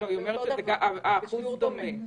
זה התחיל ממש לקראת סוף ההפעלה הקודמת,